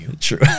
true